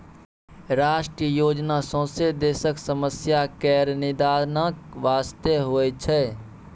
राष्ट्रीय योजना सौंसे देशक समस्या केर निदानक बास्ते होइ छै